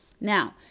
Now